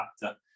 factor